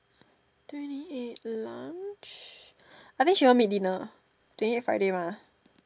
twenty eight lunch I think she won't meet dinner twenty eight Friday mah